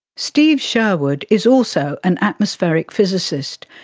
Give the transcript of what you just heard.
steve sherwood is also an atmospheric physicist,